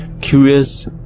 Curious